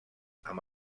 amb